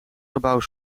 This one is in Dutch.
gebouw